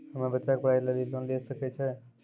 हम्मे बच्चा के पढ़ाई लेली लोन लिये सकय छियै?